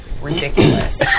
ridiculous